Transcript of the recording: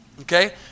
Okay